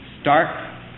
stark